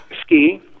ski